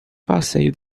passeio